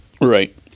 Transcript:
Right